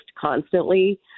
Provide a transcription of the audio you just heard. constantly